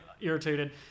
irritated